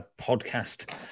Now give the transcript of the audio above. podcast